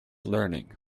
learning